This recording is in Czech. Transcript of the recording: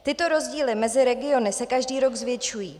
Tyto rozdíly mezi regiony se každý rok zvětšují.